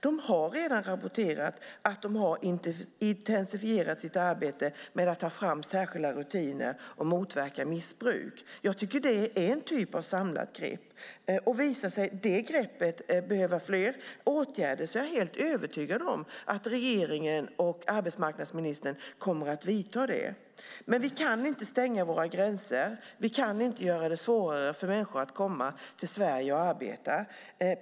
De har redan rapporterat att de intensifierat sitt arbete med att ta fram särskilda rutiner och motverka missbruk. Jag tycker att det är en typ av samlat grepp, och visar sig det greppet behöva fler åtgärder är jag helt övertygad om att regeringen och arbetsmarknadsministern kommer att vidta sådana. Men vi kan inte stänga våra gränser. Vi kan inte göra det svårare för människor att komma till Sverige och arbeta.